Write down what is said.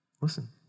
Listen